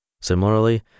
Similarly